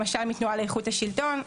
למשל מהתנועה לאיכות השלטון.